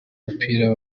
umupira